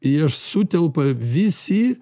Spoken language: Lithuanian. į aš sutelpa visi